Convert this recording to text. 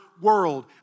world